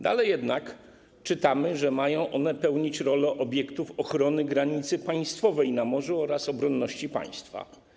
Dalej jednak czytamy, że mają one pełnić rolę obiektów ochrony granicy państwowej na morzu oraz obronności państwa.